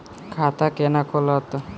खाता केना खुलत?